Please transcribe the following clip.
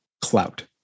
clout